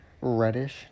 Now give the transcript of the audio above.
Reddish